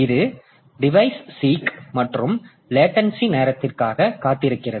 இது device seek மற்றும் latency நேரத்திற்காக காத்திருக்கிறது